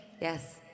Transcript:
Yes